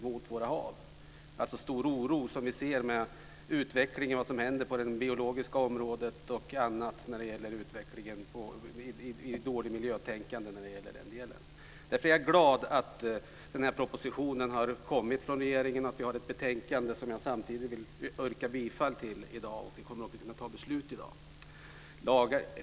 Det är med stor oro vi ser på utvecklingen på det biologiska området och annat som gäller utveckling och dåligt miljötänkande i den delen. Därför är jag glad att den här propositionen har kommit från regeringen och att vi har ett betänkande. Jag vill samtidigt yrka bifall till förslaget i det betänkandet. Vi kommer också att kunna fatta beslut i dag.